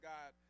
God